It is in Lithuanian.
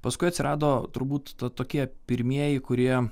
paskui atsirado turbūt tokie pirmieji kurie